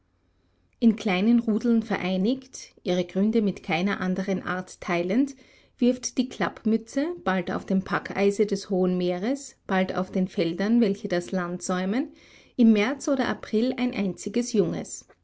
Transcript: in kleinen rudeln vereinigt ihre gründe mit keiner anderen art teilend wirft die klappmütze bald auf dem packeise des hohen meeres bald auf den feldern welche das land säumen im märz oder april ein einziges junges